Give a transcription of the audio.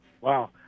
Wow